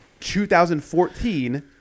2014